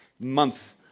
month